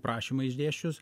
prašymą išdėsčius